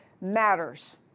matters